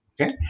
Okay